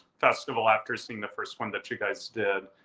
festival after seeing the first one that you guys did.